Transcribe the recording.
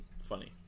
funny